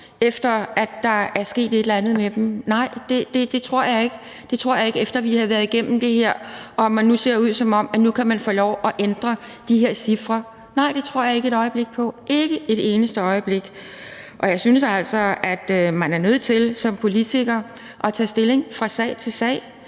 efter at der er sket et eller andet med dem. Nej, det tror jeg ikke. Det tror jeg ikke, efter at vi har været igennem det her, og det nu ser ud, som om man kan få lov at ændre de her cifre. Nej, det tror jeg ikke et øjeblik på, ikke et eneste øjeblik, og jeg synes altså, at man som politiker er nødt til at tage stilling fra sag til sag,